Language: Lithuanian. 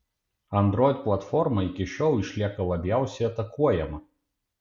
android platforma iki šiol išlieka labiausiai atakuojama